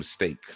mistake